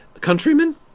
countrymen